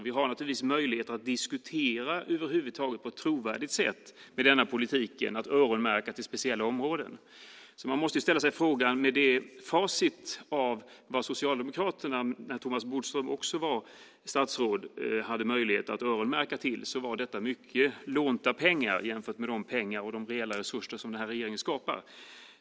Vi har naturligtvis med denna politik möjlighet att diskutera på ett trovärdigt sätt om att öronmärka till speciella områden. Man måste ställa sig frågan vad Socialdemokraterna när Thomas Bodström också var statsråd hade möjlighet att öronmärka till. Det var mycket lånta pengar jämfört med de pengar och de reella resurser som den här regeringen skapar.